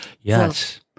Yes